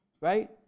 right